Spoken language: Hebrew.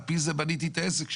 על פי זה בניתי את העסק שלי.